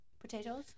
potatoes